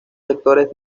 sectores